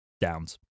downs